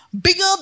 bigger